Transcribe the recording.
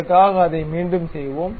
அதற்காக அதை மீண்டும் செய்வோம்